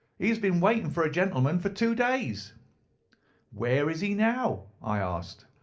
he has been waiting for a gentleman for two days where is he now i asked.